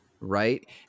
right